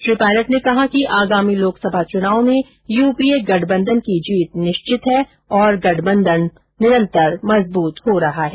श्री पायलट ने कहा कि आगामी लोकसभा चुनाव में यूपीए गठबंधन की जीत निश्चित है और गठबंधन निरंतर मजबूत हो रहा है